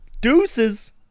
Deuces